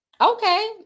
Okay